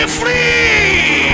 free